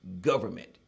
government